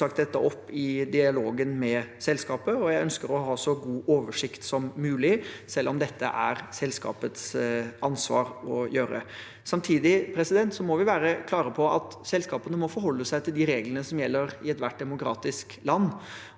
som sagt dette opp i dialogen med selskapet, og jeg ønsker å ha så god oversikt som mulig, selv om dette er selskapets ansvar. Samtidig må vi være klare på at selskapene må forholde seg til de reglene som gjelder i ethvert demokratisk land,